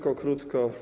Krótko.